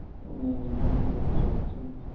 ہوں اچھا اچھا